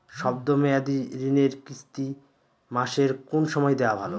শব্দ মেয়াদি ঋণের কিস্তি মাসের কোন সময় দেওয়া ভালো?